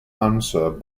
answer